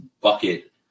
bucket